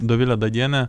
dovile dagiene